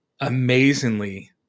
amazingly